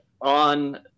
on